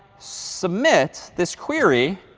submit this query,